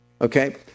Okay